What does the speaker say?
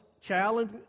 challenge